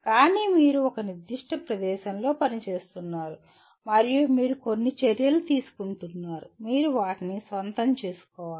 కానీ మీరు ఒక నిర్దిష్ట ప్రదేశంలో పనిచేస్తున్నారు మరియు మీరు కొన్ని చర్యలు తీసుకుంటున్నారు మీరు వాటిని స్వంతం చేసుకోవాలి